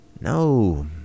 No